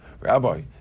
Rabbi